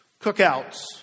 cookouts